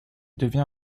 devient